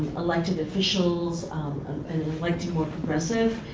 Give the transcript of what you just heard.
elected officials, and like to more progressive.